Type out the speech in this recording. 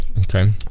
Okay